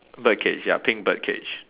bird cage ya pink bird cage